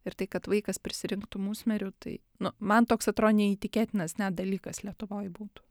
ir tai kad vaikas prisirinktų musmirių tai nu man toks atro neįtikėtinas net dalykas lietuvoj būtų